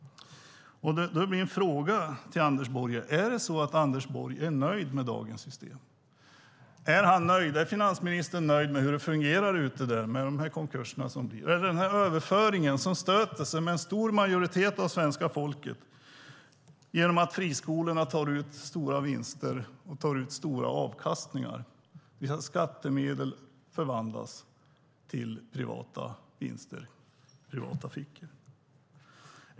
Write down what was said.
Min fråga till Anders Borg blir: Är Anders Borg nöjd med dagens system? Är finansministern nöjd med hur det fungerar där ute med konkurser? Denna överföring stöter sig med en stor majoritet av svenska folket genom att friskolorna tar ut stora vinster och stora avkastningar. Skattemedel förvandlas till privata vinster och hamnar i privata fickor.